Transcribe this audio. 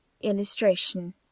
illustration